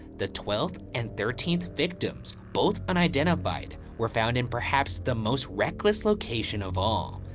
the twelfth and thirteenth victims both unidentified were found in perhaps the most reckless location of all.